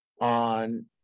on